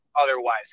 otherwise